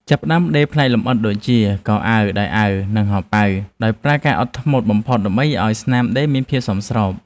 ចាប់ផ្ដើមដេរផ្នែកលម្អិតដូចជា កអាវ ដៃអាវ និងហោប៉ៅ ដោយប្រើកាអត់ធ្មត់បំផុតដើម្បីឱ្យស្នាមដេរមានភាពស្របគ្នា។